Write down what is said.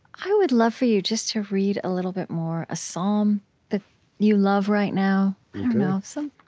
i would love for you just to read a little bit more a psalm that you love right now now so